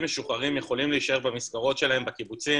משוחררים יכולים להישאר במסגרות שלהם בקיבוצים